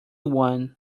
one